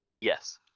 yes